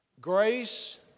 Grace